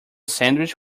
sandwich